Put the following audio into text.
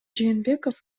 жээнбеков